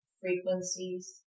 frequencies